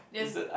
there's